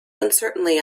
uncertainly